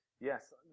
Yes